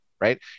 right